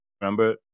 Remember